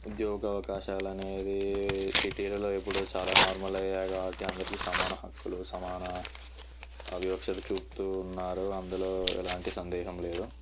ఉద్యోగ అవకాశాలు అనేది సిటీలలో ఇప్పుడు చాలా నార్మల్ అయ్యాయి కాబట్టి అందరికి సమాన హక్కులు సమాన వివక్షత చూపుతు ఉన్నారు అందులో ఎలాంటి సందేహం లేదు